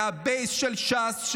מהבייס של ש"ס,